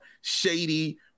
Shady